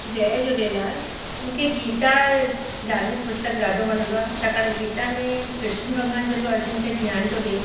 जय झूलेलाल मूंखे गीता धार्मिक पुस्तक ॾाढो वणंदो आहे छाकाणि गीता में कृष्ण भॻवानु जेको अर्जुन खे ज्ञान थो ॾिए